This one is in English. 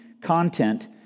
content